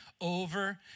over